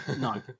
No